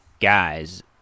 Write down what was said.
guys